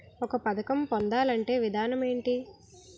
ఒక పథకం పొందాలంటే విధానం ఏంటి?